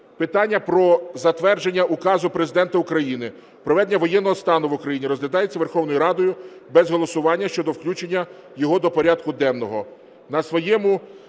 питання про затвердження Указу Президента України про введення воєнного стану в Україні розглядається Верховною Радою без голосування щодо включення його до порядку денного.